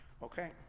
Okay